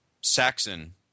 Saxon